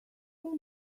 all